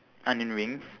onion rings